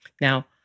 Now